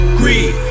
greed